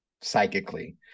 psychically